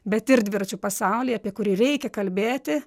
bet ir dviračių pasaulyje apie kurį reikia kalbėti